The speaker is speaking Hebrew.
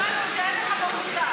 למה נתנו לך לענות במשהו שאין לך בו מושג?